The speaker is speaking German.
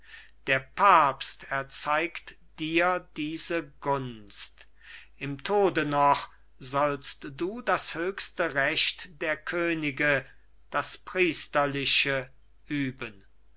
der papst erzeigt dir diese gunst im tode noch sollst du das höchste recht der könige das priesterliche üben